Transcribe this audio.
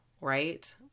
right